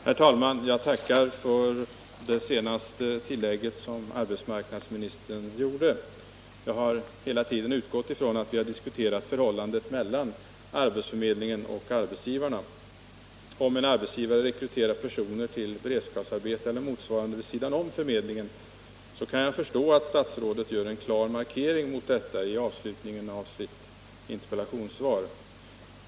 Herr talman! Jag tackar för det senaste tillägget som arbetsmarknadsministern gjorde. Jag har hela tiden utgått ifrån att vi har diskuterat förhållandet mellan arbetsförmedlingen och arbetsgivarna. Om en arbetsgivare rekryterar personer till beredskapsarbete eller motsvarande vid sidan om förmedlingen, kan jag förstå att statsrådet gör en klar markering mot detta i avslutningen av sitt interpellationssvar.